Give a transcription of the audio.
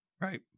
Right